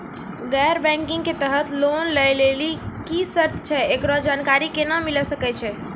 गैर बैंकिंग के तहत लोन लए लेली की सर्त छै, एकरो जानकारी केना मिले सकय छै?